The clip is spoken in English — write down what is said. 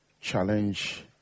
challenge